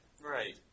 Right